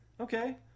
Okay